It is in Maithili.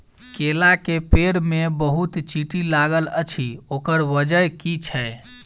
केला केँ पेड़ मे बहुत चींटी लागल अछि, ओकर बजय की छै?